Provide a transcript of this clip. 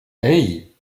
hey